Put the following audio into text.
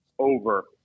over